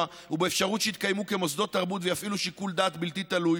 ובאפשרות שיתקיימו כמוסדות תרבות ויפעילו שיקול דעת בלתי תלוי,